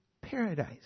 Paradise